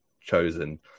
chosen